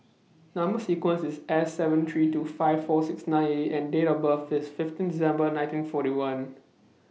Number sequence IS S seven three two five four six nine A and Date of birth IS fifteen December nineteen forty one